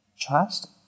trust